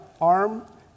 arm